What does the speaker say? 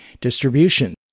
distribution